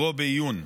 לקרוא בעיון.